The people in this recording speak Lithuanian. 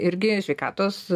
irgi sveikatos